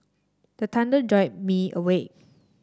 the thunder jolt me awake